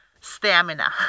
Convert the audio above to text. stamina